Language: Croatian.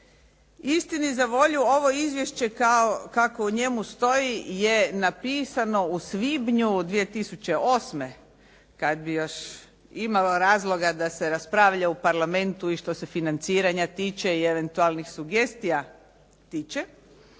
Istini za volju, ovo izvješće kako u njemu stoji je napisano u svibnju 2008., kad bi još imalo razloga da se raspravlja u Parlamentu i što se financiranja tiče i eventualnih sugestija tiče,